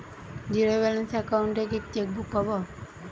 Zero balance account এ কি chequebook পাব?